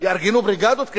יארגנו בריגדות?